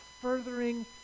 furthering